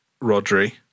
Rodri